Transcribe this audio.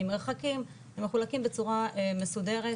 לפי מרחקים הן מחולקים בצורה מסודרת,